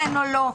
כן או לא?